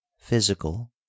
physical